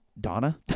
Donna